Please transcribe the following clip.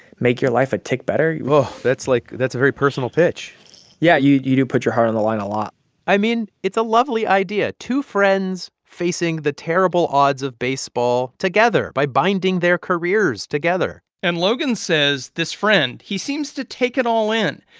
make your life a tick better but that's like that's a very personal pitch yeah, you you do put your heart on the line a lot i mean, it's a lovely idea two friends facing the terrible odds of baseball together by binding their careers together and logan says this friend he seems to take it all in.